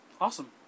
Awesome